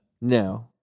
No